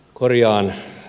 korjaan